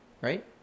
Right